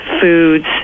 foods